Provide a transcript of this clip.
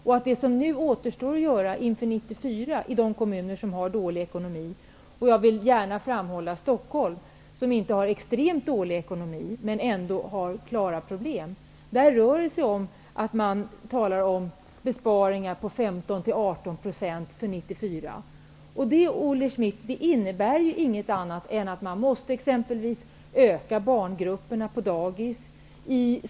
Jag vill gärna framhålla Stockholm bland de kommuner som har dålig ekonomi. Kommunen har visserligen inte extremt dålig ekonomi, men den har tydliga problem. Man talar där om besparingar på 15--18 % inför 1994. Det innebär inget annat än att man exempelvis måste utöka barngrupperna på dagis, Olle Schmidt.